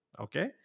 Okay